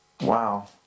Wow